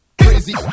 Crazy